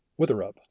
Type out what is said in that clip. Witherup